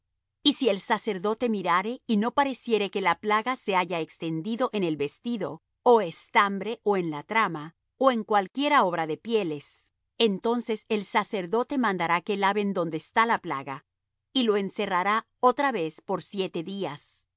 y si el sacerdote mirare y no pareciere que la plaga se haya extendido en el vestido ó estambre ó en la trama ó en cualquiera obra de pieles entonces el sacerdote mandará que laven donde está la plaga y lo encerrará otra vez por siete días